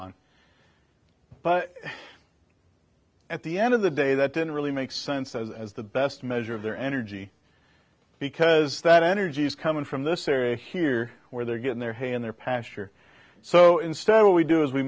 on but at the end of the day that didn't really make sense as the best measure of their energy because that energy is coming from this area here where they're getting their hay in their pasture so instead what we do is we